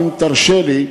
אם תרשה לי,